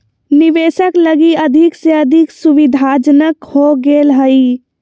निवेशक लगी अधिक से अधिक सुविधाजनक हो गेल हइ